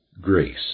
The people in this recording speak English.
grace